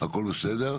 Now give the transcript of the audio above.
הכל בסדר.